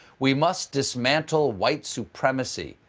we must dismantle white supremacy.